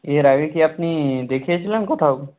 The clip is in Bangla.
এর আগে কি আপনি দেখিয়েছিলেন কোথাও